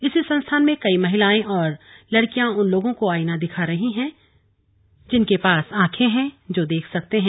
इसी संस्थान में कई महिलाएं और लड़कियां उन लोगों को आईना दिखा रही हैं जिनके पास आंखें हैं जो देख सकते हैं